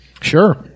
Sure